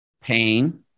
Pain